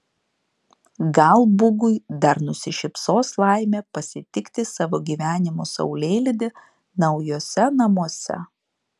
gal bugui dar nusišypsos laimė pasitikti savo gyvenimo saulėlydį naujuose namuose